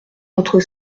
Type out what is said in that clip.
entre